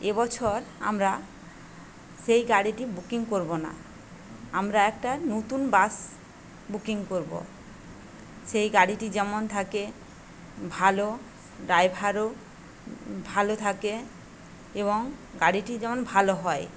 এ বছর আমরা সেই গাড়িটি বুকিং করব না আমরা একটা নতুন বাস বুকিং করব সেই গাড়িটি যেন থাকে ভালো ড্রাইভারও ভালো থাকে এবং গাড়িটি যেন ভালো হয়